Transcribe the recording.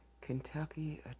Kentucky